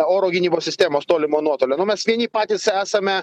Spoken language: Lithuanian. oro gynybos sistemos tolimo nuotolio nu mes vieni patys esame